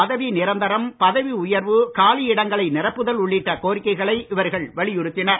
பதவி நிரந்தரம் பதவி உயர்வு காலி இடங்களை நிரப்புதல் உள்ளிட்ட கோரிக்கைகளை இவர்கள் வலியுறுத்தினர்